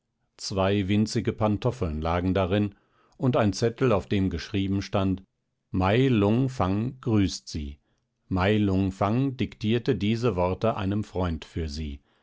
zwei winzige pantoffeln lagen darin und ein zettel auf dem geschrieben stand mai lung fang grüßt sie mai lung fang diktierte diese worte einem freund für sie